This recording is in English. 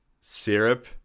syrup